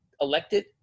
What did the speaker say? elected